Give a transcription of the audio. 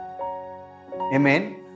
amen